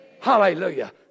Hallelujah